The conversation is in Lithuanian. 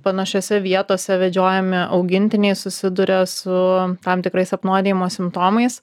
panašiose vietose vedžiojami augintiniai susiduria su tam tikrais apnuodijimo simptomais